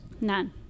None